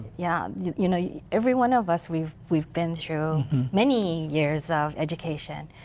yeah yeah you know yeah every one of us, we've we've been through many years of education.